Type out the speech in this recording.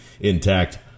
intact